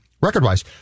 record-wise